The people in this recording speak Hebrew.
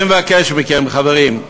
אני מבקש מכם, חברים,